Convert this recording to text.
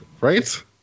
Right